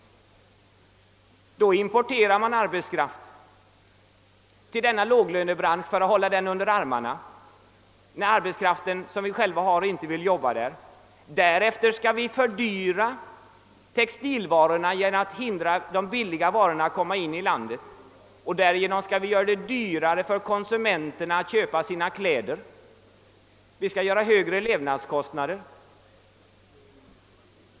Man importerar då arbetskraft till denna låglönebransch för att hålla den under armarna när vår egen arbetskraft inte vill arbeta där. Därefter skall vi fördyra textilvarorna genom att hindra import av billiga varor och därigenom göra det dyrare för konsumenten att köpa sina kläder. Vi skall åstadkomma högre levnadskostnader.